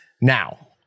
Now